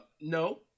No